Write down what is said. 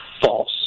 false